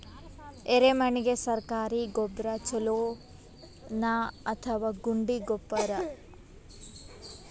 ಎರೆಮಣ್ ಗೆ ಸರ್ಕಾರಿ ಗೊಬ್ಬರ ಛೂಲೊ ನಾ ಅಥವಾ ಗುಂಡಿ ಗೊಬ್ಬರ?